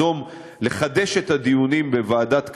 לחדש את הדיונים בוועדת קמא.